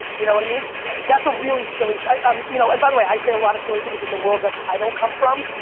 you know what i mean? yeah that's a really silly, um you know and by the way i say a lot of silly things in the world that i don't come from.